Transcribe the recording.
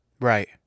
right